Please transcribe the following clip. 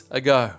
ago